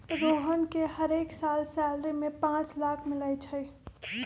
रोहन के हरेक साल सैलरी में पाच लाख मिलई छई